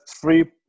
three